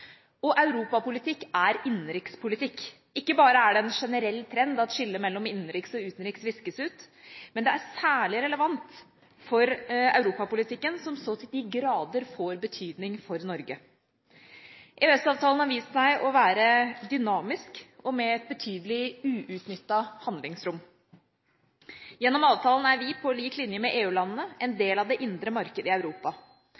og vår suverent viktigste handelspartner, som mottar nær 80 pst. av vår eksport. Europapolitikk er innenrikspolitikk. Ikke bare er det en generell trend at skillet mellom innenriks og utenriks viskes ut, men det er særlig relevant for europapolitikken, som så til de grader får betydning for Norge. EØS-avtalen har vist seg å være dynamisk og med et betydelig uutnyttet handlingsrom. Gjennom avtalen er vi, på lik linje med